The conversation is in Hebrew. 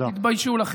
תתביישו לכם.